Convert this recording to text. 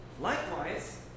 Likewise